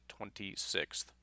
26th